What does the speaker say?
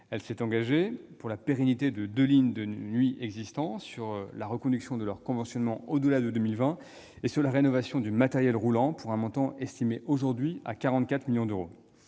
Elle s'est engagée sur la pérennité des deux lignes de nuit existantes, sur la reconduction de leur conventionnement au-delà de 2020 et sur la rénovation du matériel roulant pour un montant estimé aujourd'hui à 44 millions d'euros.